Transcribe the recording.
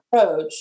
approach